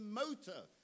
motor